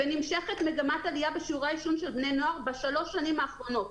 ונמשכת מגמת העלייה בשיעורי העישון של בני נוער בשלוש השנים האחרונות.